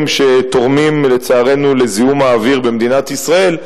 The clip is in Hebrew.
שתורמים לצערנו לזיהום האוויר במדינת ישראל,